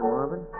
Marvin